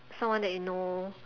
someone that you know